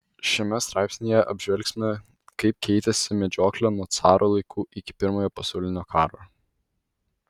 šiame straipsnyje apžvelgsime kaip keitėsi medžioklė nuo caro laikų iki pirmojo pasaulinio karo